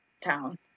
town